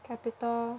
capital